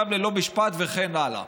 גם ללא משפט וכן הלאה.